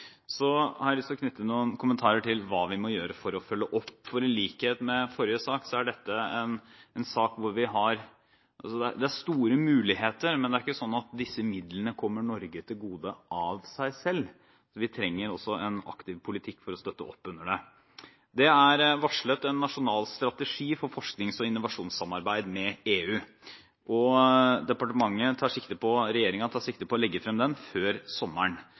Så har jeg lyst til å knytte noen kommentarer til hva vi må gjøre for å følge opp, for i likhet med forrige sak er dette en sak med store muligheter. Men det er ikke slik at disse midlene kommer Norge til gode av seg selv; vi trenger også en aktiv politikk for å støtte opp under det. Det er varslet en nasjonal strategi for forsknings- og innovasjonssamarbeid med EU, og regjeringen tar sikte på å legge frem den før sommeren.